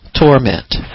torment